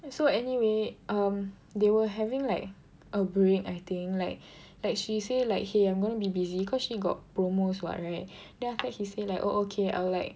so anyway um they were having like a break I think like like she say like !hey! I'm gonna be busy cause she got promos [what] right then after that he say like oh okay l will like